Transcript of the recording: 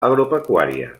agropecuària